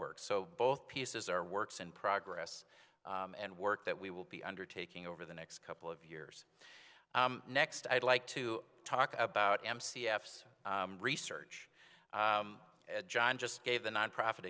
work so both pieces are works in progress and work that we will be undertaking over the next couple of years next i'd like to talk about m c s research as john just gave the nonprofit